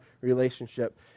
relationship